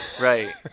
Right